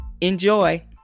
Enjoy